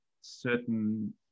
certain